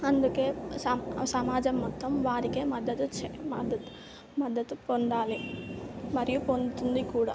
అందుకే సం సమాజం మొత్తం వారికే మద్దతు చే మద్దతు మద్దతు పొందాలి మరియు పొందుతుంది కూడా